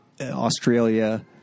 Australia